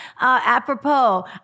apropos